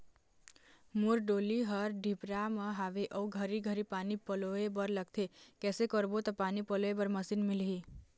मोर डोली हर डिपरा म हावे अऊ घरी घरी पानी पलोए बर लगथे कैसे करबो त पानी पलोए बर मशीन मिलही?